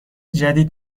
جدید